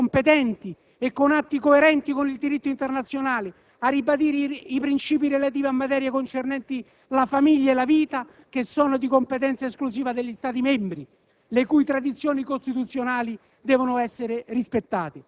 affinché si impegni il Governo, nelle diversi sedi competenti e con atti coerenti con il diritto internazionale, a ribadire i princìpi relativi a materie concernenti la famiglia e la vita, che sono di competenza esclusiva degli Stati membri,